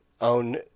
own